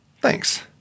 Thanks